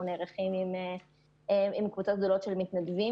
אנחנו נערכים עם קבוצות גדולות של מתנדבים